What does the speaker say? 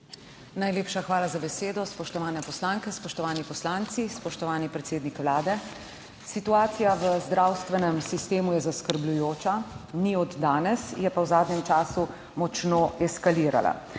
Najlepša hvala za besedo. Spoštovane poslanke, spoštovani poslanci, spoštovani predsednik Vlade! Situacija v zdravstvenem sistemu je zaskrbljujoča, ni od danes, je pa v zadnjem času močno eskalirala.